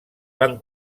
van